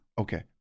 Okay